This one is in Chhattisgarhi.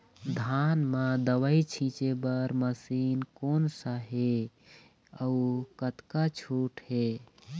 धान म दवई छींचे बर मशीन कोन सा हे अउ कतका छूट हे?